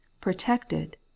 Protected